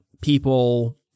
People